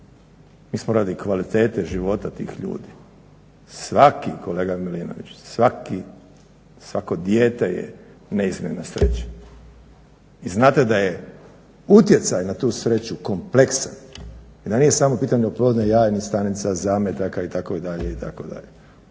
Mi smo radi kvalitete života tih ljudi. Svaki, kolega Milinović, svako dijete je neizmjerna sreća. I znate da je utjecaj na tu sreću kompleksan i da nije samo pitanje oplodnje jajnih stanica, zametaka itd., itd.